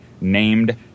named